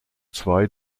zwei